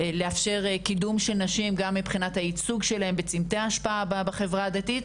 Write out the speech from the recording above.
ולאפשר קידום של נשים גם מבחינת הייצוג שלהן בצומתי ההשפעה בחברה הדתית,